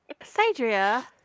sadria